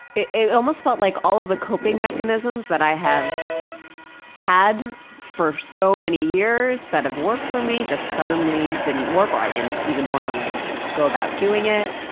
it it almost felt like all of the coping mechanisms that i have had for so many years that have worked for me, just suddenly didn't work or i didn't even want to like go about doing it,